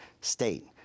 state